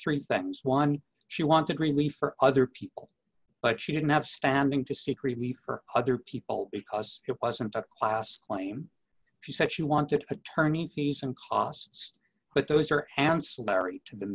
that was one she wants a green leaf or other people but she didn't have standing to seek relief for other people because it wasn't a class claim she said she wanted attorney fees and costs but those are ancillary to the